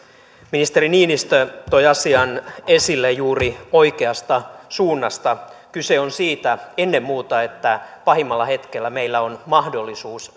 ministeri niinistö toi asian esille juuri oikeasta suunnasta kyse on ennen muuta siitä että pahimmalla hetkellä meillä on mahdollisuus